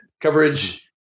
coverage